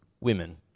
Women